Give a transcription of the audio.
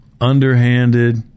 Underhanded